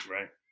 Right